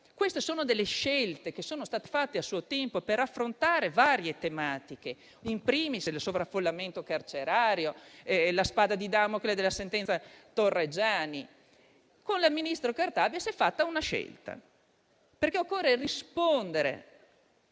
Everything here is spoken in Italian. Queste scelte sono state fatte a suo tempo per affrontare varie tematiche, *in primis* il sovraffollamento carcerario e la spada di Damocle della sentenza Torreggiani. Con la ministra Cartabia si è fatta una scelta, perché occorreva rispondere